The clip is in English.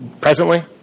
Presently